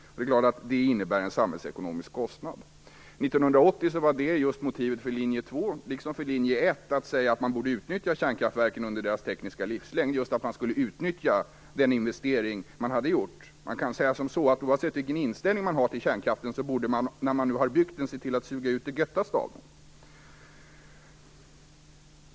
Det är klart att detta innebär en samhällsekonomisk kostnad. 1980 var motivet för linje 2 liksom för linje 1 att säga att man borde utnyttja kärnkraftverken under deras tekniska livslängd för att utnyttja den investering som man hade gjort. Oavsett vilken inställning man har till kärnkraften borde man, när de nu har byggts, se till att "suga ut det göttaste" av dem.